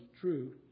true